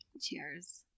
Cheers